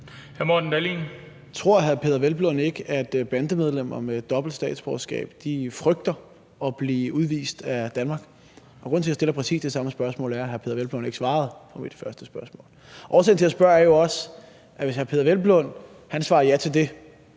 Morten Dahlin (V): Tror hr. Peder Hvelplund ikke, at bandemedlemmer med dobbelt statsborgerskab frygter at blive udvist af Danmark? Grunden til, at jeg stiller præcis det samme spørgsmål, er, at hr. Peder Hvelplund ikke svarede på mit første spørgsmål. Årsagen til, at jeg spørger, er også, at hvis hr. Peder Hvelplund svarer ja til det,